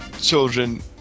children